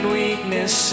weakness